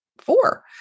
four